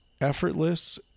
effortless